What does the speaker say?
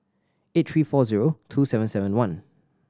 eight three four zero two seven seven one